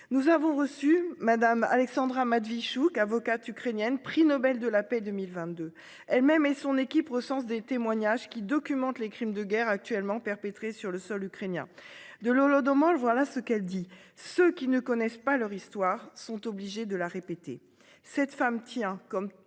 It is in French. Nous avons reçu madame Alexandra Matvichuk avocate ukrainienne, Prix Nobel de la paix 2022 elles-mêmes et son équipe recense des témoignages qui documente les crimes de guerre actuellement perpétrés sur le sol ukrainien de l'Holodomor. Voilà ce qu'elle dit, ce qui ne connaissent pas leur histoire sont obligés de la répéter